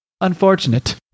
unfortunate